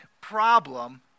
problem